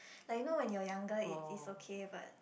like you know when you are younger is is okay but